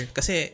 Kasi